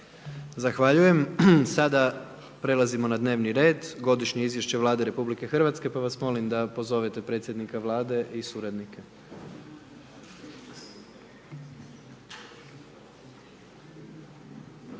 Zahvaljujem, sada prelazimo na dnevni red: - Godišnje izvješće Vlade Republike Hrvatske Pa vas molim da pozovete predsjednika Vlade i suradnike.